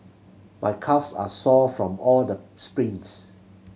my calves are sore from all the sprints